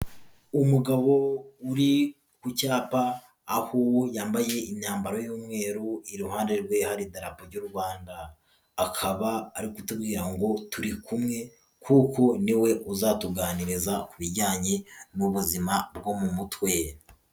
Umugabo uri ku cyapa aho yambaye imyambaro y'umweru iruhande rwe hari idarapo ry'u Rwanda, akaba ari kutubwira ngo turi kumwe, kuko ni we uzatuganiriza ku bijyanye n'ubuzima bwo mu mutwe.